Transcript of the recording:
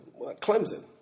Clemson